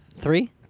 Three